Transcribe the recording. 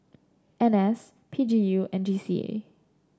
N S P G U and G C A